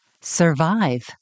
survive